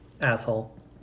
Asshole